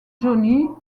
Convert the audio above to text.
johnny